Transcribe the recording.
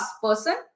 person